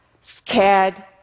scared